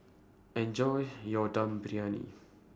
Enjoy your Dum Briyani